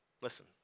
Listen